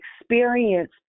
experience